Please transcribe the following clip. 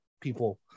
people